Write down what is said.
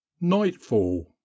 nightfall